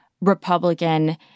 Republican